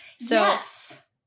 Yes